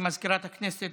הודעה למזכירת הכנסת.